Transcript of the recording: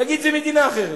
להגיד שזה מדינה אחרת.